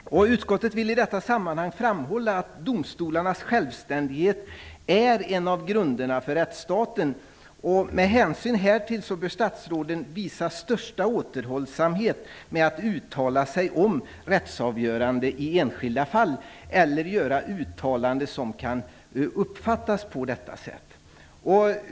Utskottet vill i detta sammanhang framhålla att domstolarnas självständighet är en av grunderna för rättsstaten. Med hänsyn härtill bör statsråden visa största återhållsamhet när det gäller att uttala sig om rättsavgörande i enskilda fall eller att göra uttalanden som kan uppfattas på detta sätt.